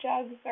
jugs